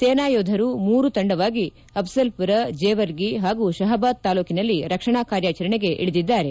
ಸೇನಾ ಯೋಧರು ಮೂರು ತಂಡವಾಗಿ ಅಘಜಲಪೂರ ಜೇವರ್ಗಿ ಪಾಗೂ ಶಹಾಬಾದ ತಾಲೂಕಿನಲ್ಲಿ ರಕ್ಷಣಾ ಕಾರ್ಯಾಚರಣೆಗೆ ಇಳಿದಿದ್ದಾರೆ